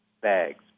BAGS